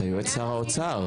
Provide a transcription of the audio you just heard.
אתה יועץ שר האוצר.